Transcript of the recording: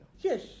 Yes